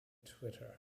twitter